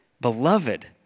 Beloved